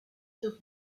sur